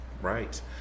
Right